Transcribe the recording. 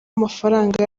amafaranga